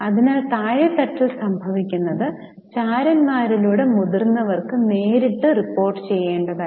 അതിനാൽ താഴെത്തട്ടിൽ സംഭവിക്കുന്നത് ചാരന്മാരിലൂടെ മുതിർന്നവർക്ക് നേരിട്ട് റിപ്പോർട്ട് ചെയ്യേണ്ടതായിരുന്നു